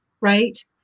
right